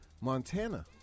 Montana